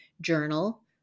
journal